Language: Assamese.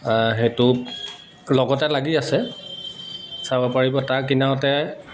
সেইটো লগতে লাগি আছে চাব পাৰিব তাৰ কিনাৰতে